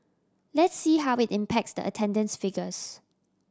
let's see how it impacts the attendance figures